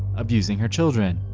abusing her children.